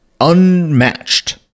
unmatched